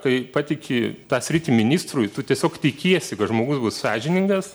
kai patiki tą sritį ministrui tu tiesiog tikiesi kad žmogus bus sąžiningas